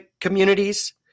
Communities